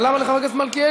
אבל למה לחבר הכנסת מלכיאלי?